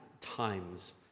times